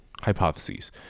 hypotheses